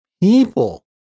people